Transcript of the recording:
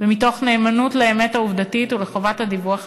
ומתוך נאמנות לאמת העובדתית ולחובת הדיווח לציבור.